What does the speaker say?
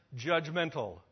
judgmental